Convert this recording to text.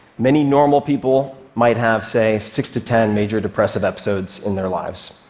many normal people might have, say, six to ten major depressive episodes in their lives.